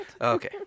Okay